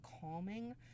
calming